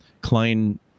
Klein